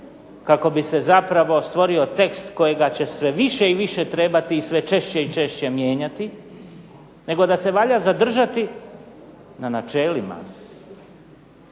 kako bi se zapravo stvorio tekst kojega će sve više i više trebati i sve češće i češće mijenjati, nego da se valja zadržati na načelima.